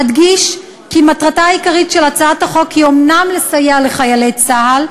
אדגיש כי מטרתה העיקרית של הצעת החוק היא אומנם לסייע לחיילי צה"ל,